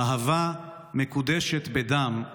/ אהבה מקודשת בדם,